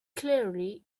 clearly